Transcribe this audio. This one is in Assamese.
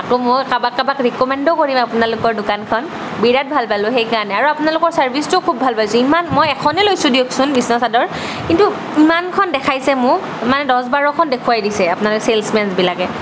আকৌ মই কাৰোবাক কাৰোবাক ৰিক'মেণ্ডো কৰিম আপোনালোকৰ দোকানখন বিৰাট ভাল পালোঁ সেইকাৰণে আৰু আপোনালোকৰ চাৰ্ভিচটো খুব ভাল পাইছো ইমান মই এখনে লৈছো দিয়কচোন বিচনা চাদৰ কিন্তু ইমান খন দেখাইছে মোক মানে দহ বাৰখন দেখুৱাই দিছে আপোনালোকৰ চেলচ মেনচবিলাকে